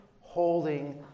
holding